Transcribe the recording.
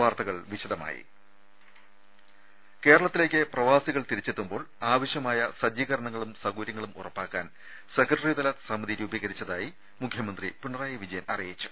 വാർത്തകൾ വിശദമായി കേരളത്തിലേക്ക് പ്രവാസികൾ തിരിച്ചെത്തുമ്പോൾ ആവശ്യമായ സജ്ജീകരണങ്ങളും സൌകര്യങ്ങളും ഉറപ്പാക്കാൻ സെക്രട്ടറിതല സമിതി രൂപീകരിച്ചതായി മുഖ്യമന്ത്രി പിണറായി വിജയൻ അ ിയിച്ചു